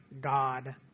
God